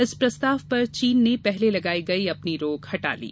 इस प्रस्ताव पर चीन ने पहले लगाई गई अपनी रोक हटा ली